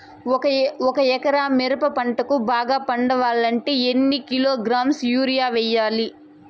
ఒక ఎకరా మిరప పంటకు బాగా పండాలంటే ఎన్ని కిలోగ్రామ్స్ యూరియ వెయ్యాలి?